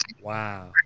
Wow